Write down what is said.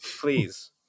please